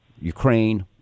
Ukraine